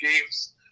games